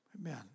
Amen